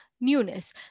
newness